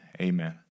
amen